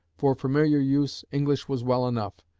for familiar use english was well enough.